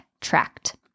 tract